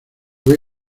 voy